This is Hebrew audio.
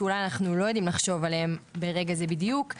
שאנחנו אולי לא יודעים לחשוב עליהם ברגע זה בדיוק,